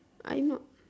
I know